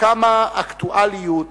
וכמה אקטואליות